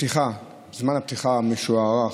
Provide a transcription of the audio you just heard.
זמן הפתיחה המוערך,